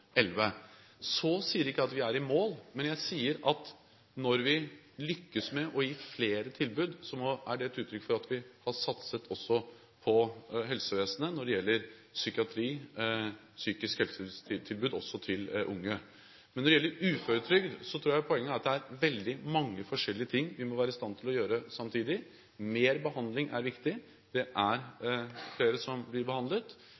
sier ikke at vi er i mål, men jeg sier at når vi lykkes med å gi flere tilbud, er det et uttrykk for at vi også har satset på helsevesenet når det gjelder psykiatri og psykiske helsetilbud, også til unge. Men når det gjelder uføretrygd, tror jeg poenget her er at vi må være i stand til å gjøre veldig mange forskjellige ting samtidig: Mer behandling er viktig, det er flere som blir behandlet,